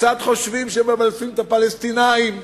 קצת חושבים שמבלפים את הפלסטינים,